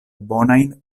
bonajn